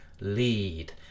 lead